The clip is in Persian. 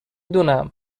دونم